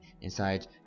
inside